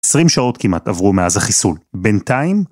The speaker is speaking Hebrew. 20 שעות כמעט עברו מאז החיסול. בינתיים...